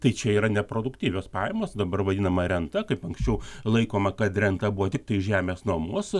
tai čia yra neproduktyvios pajamos dabar vadinama renta kaip anksčiau laikoma kad renta buvo tiktai žemės nuomos